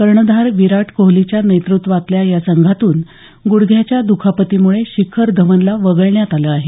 कर्णधार विराट कोहलीच्या नेतृत्वातल्या या संघातून गुडघ्याच्या दुखापतीमुळे शिखर धवनला वगळण्यात आलं आहे